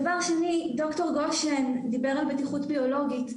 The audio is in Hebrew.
דבר שני, דוקטור גשן דיבר על בטיחות ביולוגית.